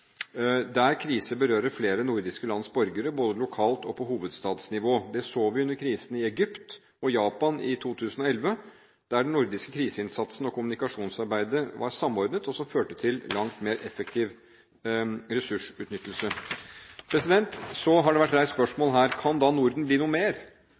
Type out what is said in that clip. der krise berører flere nordiske lands borgere, både lokalt og på hovedstatsnivå. Det så vi under krisen i Egypt, og i Japan i 2011, der den nordiske kriseinnsatsen og kommunikasjonsarbeidet var samordnet og førte til langt mer effektiv ressursutnyttelse. Så har det vært reist spørsmål her: Kan Norden bli noe mer?